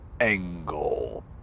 Angle